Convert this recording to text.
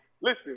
Listen